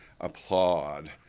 applaud